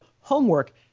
homework